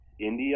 India